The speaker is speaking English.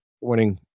winning